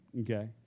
okay